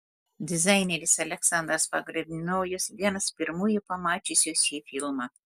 dizaineris aleksandras pogrebnojus vienas pirmųjų pamačiusių šį filmą